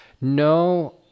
no